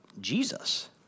Jesus